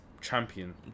champion